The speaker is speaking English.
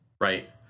right